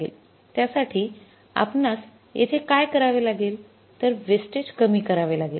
त्यासाठी आपणस येथे काय करावे लागेल तर वेस्टेज कमी करावे लागेल